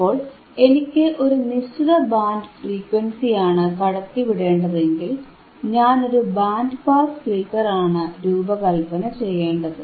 അപ്പോൾ എനിക്ക് ഒരു നിശ്ചിത ബാൻഡ് ഫ്രീക്വൻസിയാണ് കടത്തിവിടേണ്ടതെങ്കിൽ ഞാനൊരു ബാൻഡ് പാസ് ഫിൽറ്ററാണ് രൂപകല്പന ചെയ്യേണ്ടത്